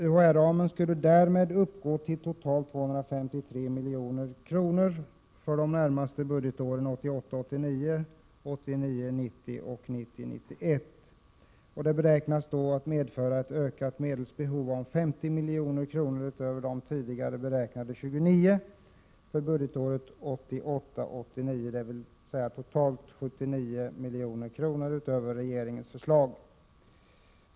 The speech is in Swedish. UHÄ-ramen skulle därmed uppgå till totalt 253 milj.kr. för de närmaste budgetåren, 1988 90 och 1990 89, dvs. totalt 79 milj.kr. utöver regeringens förslag.